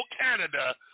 Canada